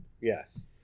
Yes